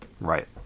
Right